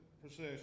procession